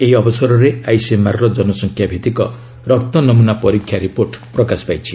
ଏହି ଅବସରରେ ଆଇସିଏମ୍ଆର୍ର ଜନସଂଖ୍ୟା ଭିତ୍ତିକ ରକ୍ତ ନମୁନା ପରୀକ୍ଷା ରିପୋର୍ଟ ପ୍ରକାଶ ପାଇଛି